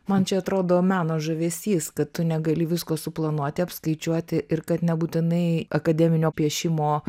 man čia atrodo meno žavesys kad tu negali visko suplanuoti apskaičiuoti ir kad nebūtinai akademinio piešimo